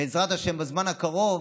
בעזרת השם, בזמן הקרוב,